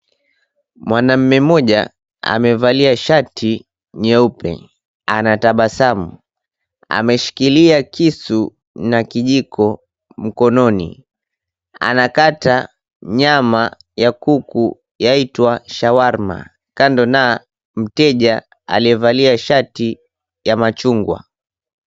Mwanaume mmoja amevalia shati nyeupe anatabasamu, ameshikilia kisu na kijiko mkononi anakata nyama ya kuku yaitwa shawarma kando na mteja aliyevalia shati ya machungwa.